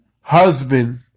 Husband